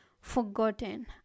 forgotten